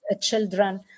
children